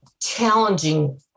challenging